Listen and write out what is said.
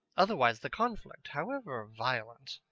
otherwise the conflict, however violent,